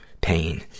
pain